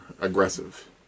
aggressive